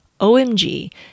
OMG